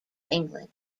england